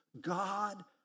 God